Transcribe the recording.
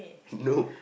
no